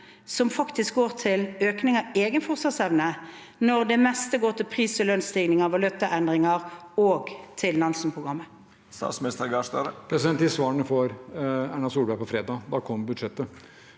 som faktisk går til økning av egen forsvarsevne, når det meste går til prisog lønnsstigning og valutaendringer og til Nansen-programmet?